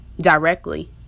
directly